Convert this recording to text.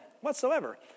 whatsoever